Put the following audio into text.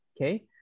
okay